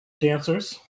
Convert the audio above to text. dancers